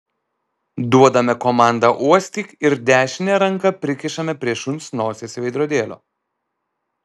duodame komandą uostyk ir dešinę ranką prikišame prie šuns nosies veidrodėlio